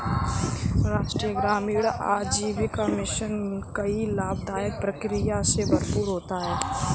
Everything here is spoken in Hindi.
राष्ट्रीय ग्रामीण आजीविका मिशन कई लाभदाई प्रक्रिया से भरपूर होता है